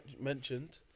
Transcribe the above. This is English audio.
mentioned